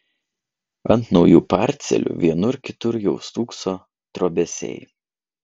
ant naujų parcelių vienur kitur jau stūkso trobesiai